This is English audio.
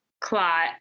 clot